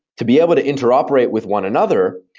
to be able to interoperate with one another,